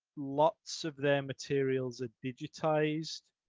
lots of the materials are digitized.